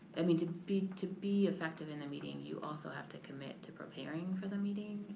i mean to be to be effective in the meeting you also have to commit to preparing for the meeting.